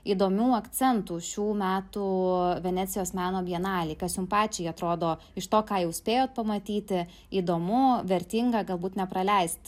įdomių akcentų šių metų venecijos meno bienalėj kas jums pačiai atrodo iš to ką jau spėjot pamatyti įdomu vertinga galbūt nepraleist